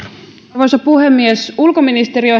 arvoisa puhemies ulkoministeriön